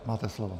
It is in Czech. Máte slovo.